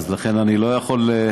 לכן אני לא יכול,